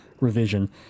revision